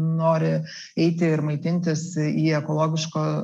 nori eiti ir maitintis į ekologiško